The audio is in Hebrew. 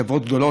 וחברות גדולות,